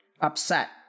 upset